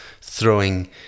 throwing